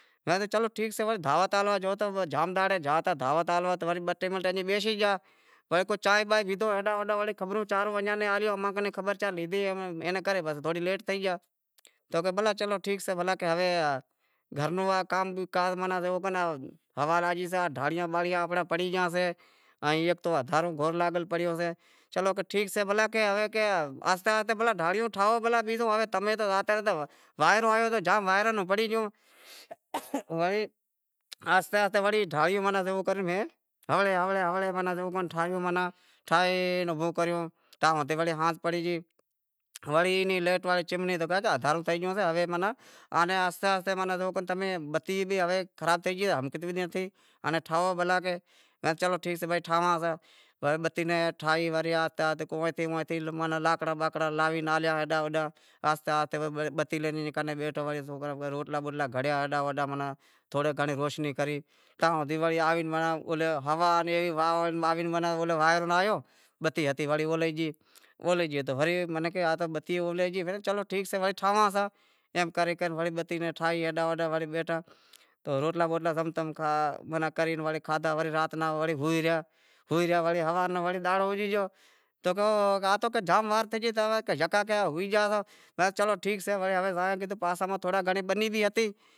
تو کہیو چلو ٹھیک سے، دعوت ہالیا گیا ہتا تو بہ ٹے منٹ بیشی گیا ایئں ہیڈاں ہوڈاں چانہیوں بانہیوں پیدہیوں، خبر چار ایئاں نیں ہالی، امیں بھی خبر چار لیدہی، اینے کرے تھوڑی لیٹ تھی گئی تو کہے چلو ٹھیک سے گھر رو کام بھی کروں ہوا لگے گئی سے ہیک تو ڈھانڑیاں بانڑیاں پڑی گئی سیں ہیک تو بور لاگل پڑیو سے تو کہے چلو ٹھیک سے ہوے آہستے آہستے بھلا ڈھانڑیوں ٹھائو بیزو تو تمہیں زاتے وانئرو آیو ہتو زام تو وانئرے ماہ پڑی گیوں۔ وڑی میں آہستے آہستے ڈھانڑی جیوو کر میں ٹھائے اوبھو کریو، وڑے رات پڑے گئی، وڑے لیٹ واڑی چمنیں، رانت پڑے گئی اندہارو تھے گیو سے آہستے آہستے ماناں تمیں ہوے بتی بھی ماناں خراب تھے گئی انیں ٹھائو بھلا، کہیں چلو ٹھیک سے ٹھائاں تو بتی ناں ٹھائے وری آہستے آہستے کو اتھیں کو اتھیں لاکڑا اوبھا کرنر لاوی ہالیا آہستے آہستے بتی لے ڈنی بیٹھا وڑے سوکراں روٹلا بوٹلا گھڑیا ہیڈاں ہوڈاں، تھوڑی گھنڑی روشنی کری تاں ہوا، آوے ناں وانئرو کو آیو تو بتی ہتی اولہے گئی، چلو ٹھیک سے وڑے ٹھاواں ساں ایم کرے کرے وڑے بتی ناں ٹھائی ہیڈاں ہوڈاںبیٹھا تو روٹلا باٹلا زم تم کری وڑے کھادہا آن رانت ناں وڑے ہوئے رہیا وڑے تارو اوگے گیو تو کہے جام رات تھے گئی تماں تاں یکا ہوئے گیاساں، مہں کہیو چلو ٹھیک سے وڑے پاساں ماہ،